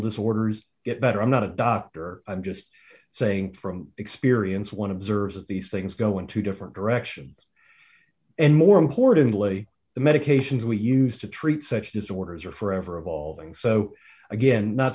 disorders get better i'm not a doctor i'm just saying from experience one observes that these things go in two different directions and more importantly the medications we used to treat such disorders are forever evolving so again not